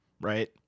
right